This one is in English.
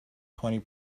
twenty